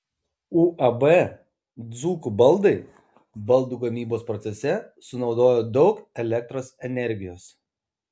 uab dzūkų baldai baldų gamybos procese sunaudoja daug elektros energijos